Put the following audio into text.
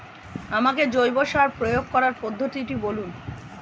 আমাকে জৈব সার প্রয়োগ করার পদ্ধতিটি বলুন?